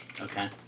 Okay